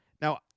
Now